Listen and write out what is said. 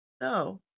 no